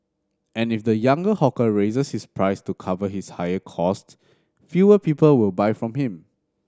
and if the younger hawker raises his prices to cover his higher cost fewer people will buy from him